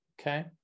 Okay